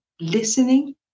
listening